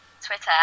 Twitter